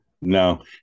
no